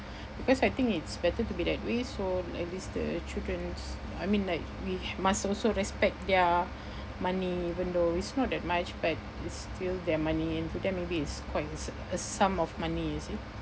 because I think it's better to be that way so at least the children's I mean like we must also respect their money even though it's not that much but it's still their money and to them maybe it's quite a s~ a sum of money you see